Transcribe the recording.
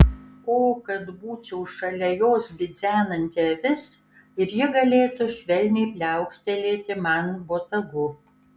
o kad būčiau šalia jos bidzenanti avis ir ji galėtų švelniai pliaukštelėti man botagu